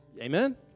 Amen